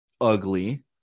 ugly